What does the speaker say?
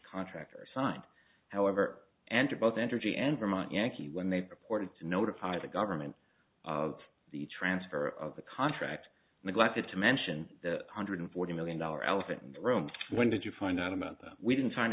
contract are signed however and both entergy and vermont yankee when they purported to notify the government of the transfer of the contract neglected to mention the hundred forty million dollar elephant in the room when did you find out about that we didn't find